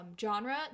genre